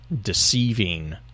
deceiving